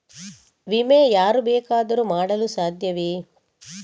ವಿಮೆ ಯಾರು ಬೇಕಾದರೂ ಮಾಡಲು ಸಾಧ್ಯವೇ?